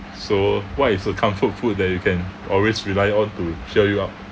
so what is a comfort food that you can always rely on to cheer you up